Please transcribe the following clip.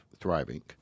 thriving